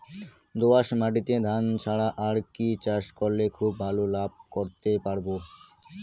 দোয়াস মাটিতে ধান ছাড়া আর কি চাষ করলে খুব ভাল লাভ করতে পারব?